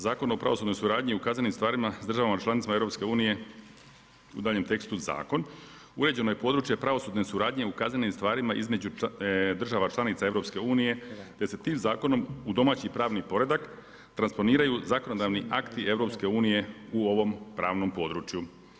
Zakona o pravosudnoj suradnji u kaznenim stvarima s državama članicama Europske unije, u danjem tekstu zakon, uređeno je područje pravosudne suradnje u kaznenim stvarima između država članica EU, te se tim zakonom u domaći pravni poredak transponiraju zakonodavni akti EU u ovom pravnom području.